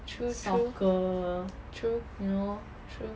true true true true